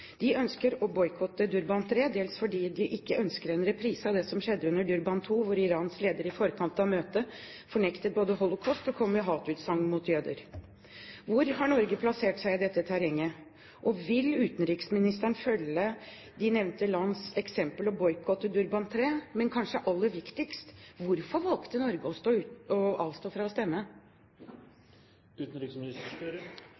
De ønsker å boikotte Durban 3, dels fordi de ikke ønsker en reprise av det som skjedde under Durban 2, da Irans leder i forkant av møtet både fornektet holocaust og kom med hatutsagn mot jøder. Hvor har Norge plassert seg i dette terrenget? Vil utenriksministeren følge de nevnte lands eksempel og boikotte Durban 3? Men kanskje aller viktigst: Hvorfor valgte Norge å